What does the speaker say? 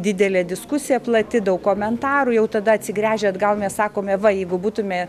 didelė diskusija plati daug komentarų jau tada atsigręžia atgal mes sakome va jeigu būtume